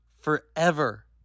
forever